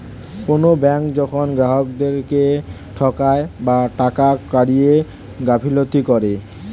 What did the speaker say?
কোনো ব্যাঙ্ক যখন গ্রাহকদেরকে ঠকায় বা টাকা কড়িতে গাফিলতি করে